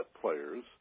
players